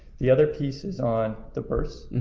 the other pieces on the births,